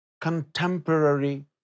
Contemporary